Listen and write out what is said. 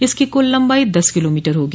इसकी कुल लम्बाई दस किलोमीटर होगी